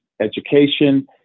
education